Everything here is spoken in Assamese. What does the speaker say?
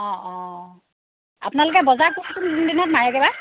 অঁ অঁ আপোনালোকে বজাৰ কোন কোন দিনত মাৰেৈ বা